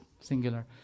singular